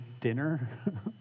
dinner